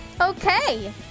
okay